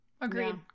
Agreed